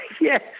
yes